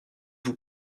vous